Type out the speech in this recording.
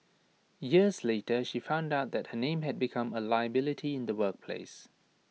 years later she found out that her name had become A liability in the workplace